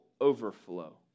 overflow